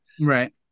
right